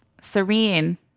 Serene